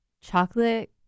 chocolate